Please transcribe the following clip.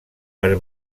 per